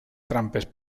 trampes